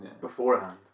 beforehand